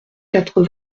quatre